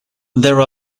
there